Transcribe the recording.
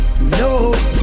no